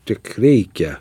tiek reikia